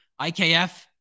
IKF